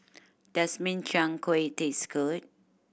does Min Chiang Kueh taste good